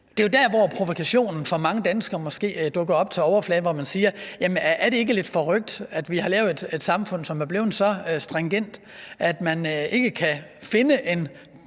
Det er der, hvor provokationen for mange danskere måske dukker op til overfladen, og hvor man siger: Jamen er det ikke lidt forrykt, at vi har lavet et samfund, som er blevet så stringent, at man ikke kan finde en